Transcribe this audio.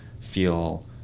feel